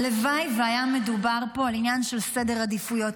הלוואי והיה מדובר פה על עניין של סדר עדיפויות,